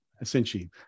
essentially